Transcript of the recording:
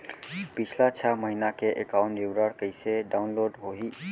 पिछला छः महीना के एकाउंट विवरण कइसे डाऊनलोड होही?